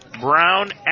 Brown